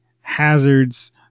Hazard's